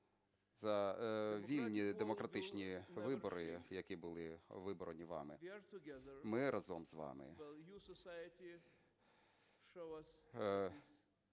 за вільні демократичні вибори, які були виборені вами. Ми разом з вами,